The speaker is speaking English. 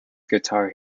guitar